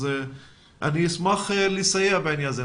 אז אני אשמח לסייע בעניין הזה.